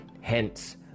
Hence